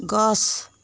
গছ